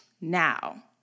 Now